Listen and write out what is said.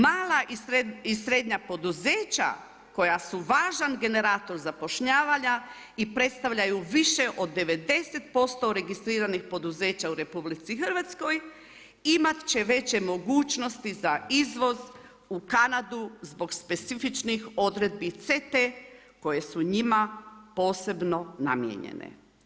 Mala i srednja poduzeća koja su važan generator zapošljavanja i predstavljaju više od 90% registriranih poduzeća u RH imat će veće mogućnosti za izvoz u Kanadu zbog specifičnih odredbi CETA-e koje su njima posebno namijenjene.